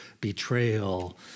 betrayal